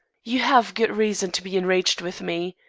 you have good reason to be enraged with me.